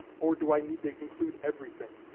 or do i need to include everything.